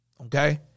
Okay